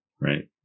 right